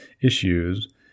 issues